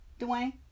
Dwayne